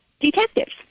detectives